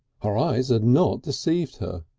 her eyes had not deceived her.